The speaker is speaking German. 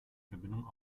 verbindung